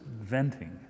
venting